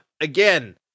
again